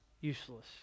useless